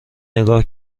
نگاه